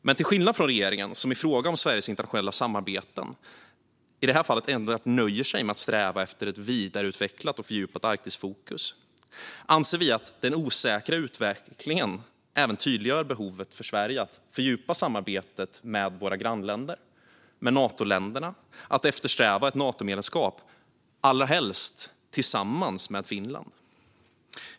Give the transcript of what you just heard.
Men till skillnad från regeringen, som i fråga om Sveriges internationella samarbeten nöjer sig med att sträva efter ett vidareutvecklat och fördjupat Arktisfokus, anser vi att den osäkra utvecklingen även tydliggör behovet för Sverige av att fördjupa samarbetet med våra grannländer och med Natoländer och att eftersträva ett Natomedlemskap, allra helst tillsammans med Finland.